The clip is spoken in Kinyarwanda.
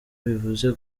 bivuze